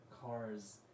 Cars